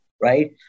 Right